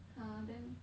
!huh! then